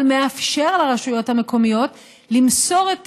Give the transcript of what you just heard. אבל מאפשר לרשויות המקומיות למסור את